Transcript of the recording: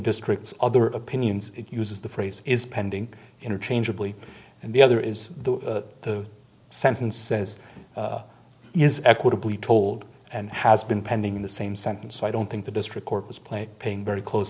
districts other opinions it uses the phrase is pending interchangeably and the other is that the sentence says is equitably told and has been pending in the same sentence i don't think the district court was playing paying very close